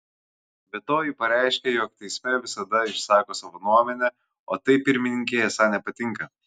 be to ji pareiškė jog teisme visada išsako savo nuomonę o tai pirmininkei esą nepatinka